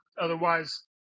Otherwise